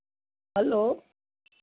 hello